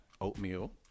oatmeal